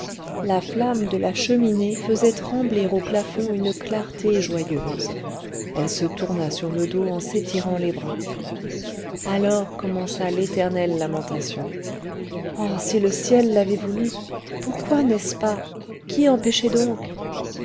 la flamme de la cheminée faisait trembler au plafond une clarté joyeuse elle se tourna sur le dos en s'étirant les bras alors commença l'éternelle lamentation oh si le ciel l'avait voulu pourquoi n'est-ce pas qui empêchait donc